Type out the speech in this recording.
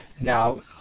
Now